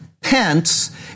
Pence